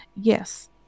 yes